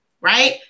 right